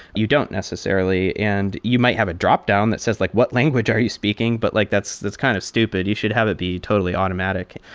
you don't necessarily, and you might have a drop down that says like what language are you speaking? but like that's that's kind of stupid. you should have it be totally automatic.